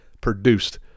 produced